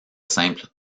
simple